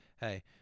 hey